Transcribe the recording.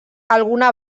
alguna